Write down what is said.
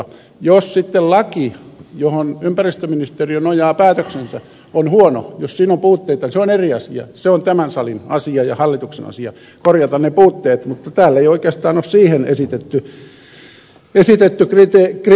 jos sitten laki johon ympäristöministeriö nojaa päätöksensä on huono jos siinä on puutteita se on eri asia se on tämän salin ja hallituksen asia korjata ne puutteet mutta täällä ei oikeastaan ole siihen esitetty kritiikkiä